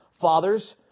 Fathers